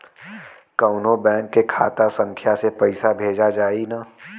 कौन्हू बैंक के खाता संख्या से पैसा भेजा जाई न?